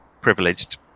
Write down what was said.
privileged